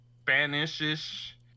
Spanish-ish